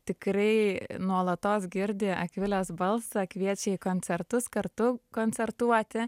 tikrai nuolatos girdi akvilės balsą kviečia į koncertus kartu koncertuoti